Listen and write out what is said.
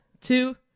Two